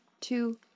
two